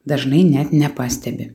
dažnai net nepastebi